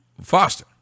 Foster